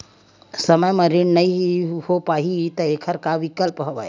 समय म ऋण नइ हो पाहि त एखर का विकल्प हवय?